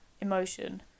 emotion